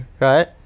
right